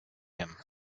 him